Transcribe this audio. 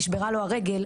נשברה לו הרגל,